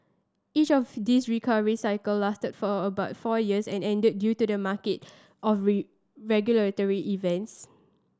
each of these recovery cycle lasted for a about four years and ended due to market or regulatory events